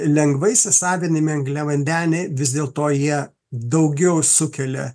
lengvai įsisavinami angliavandeniai vis dėlto jie daugiau sukelia